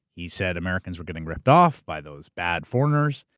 he said, americans were getting ripped off by those bad foreigners,